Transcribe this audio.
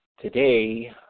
today